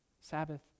Sabbath